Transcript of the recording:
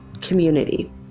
community